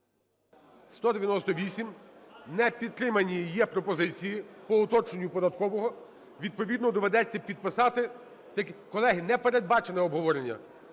За-198 Не підтримані є пропозиції по уточненню Податкового. Відповідно доведеться підписати. Колеги, не передбачене обговорення.